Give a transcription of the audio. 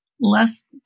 less